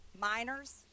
Minors